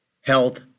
health